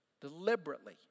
deliberately